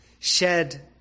shed